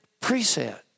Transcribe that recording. preset